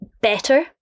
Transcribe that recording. better